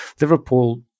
Liverpool